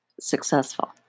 successful